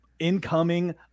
Incoming